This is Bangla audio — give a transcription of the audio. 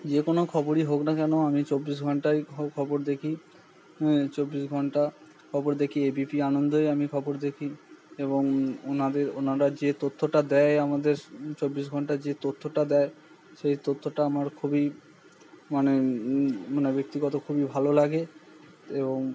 যে কোনো খবরই হোক না কেন আমি চব্বিশ ঘন্টায় খবর দেখি হ্যাঁ চব্বিশ ঘন্টা খবর দেখি এ বি পি আনন্দই আমি খবর দেখি এবং ওনাদের ওনারা যে তথ্যটা দেয় আমাদের চব্বিশ ঘন্টা যে তথ্যটা দেয় সেই তথ্যটা আমার খুবই মানে মানে ব্যক্তিগত খুবই ভালো লাগে এবং